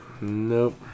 Nope